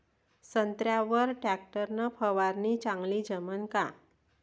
संत्र्यावर वर टॅक्टर न फवारनी चांगली जमन का?